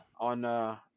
on –